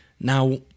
Now